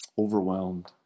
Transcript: overwhelmed